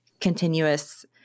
continuous